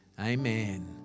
Amen